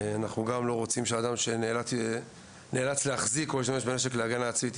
אנחנו לא רוצים שאדם שנאלץ להשתמש בנשק להגנה עצמית,